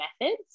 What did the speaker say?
methods